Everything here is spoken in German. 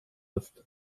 ist